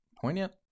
Poignant